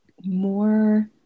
more